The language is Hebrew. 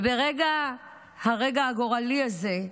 וברגע הגורלי הזה,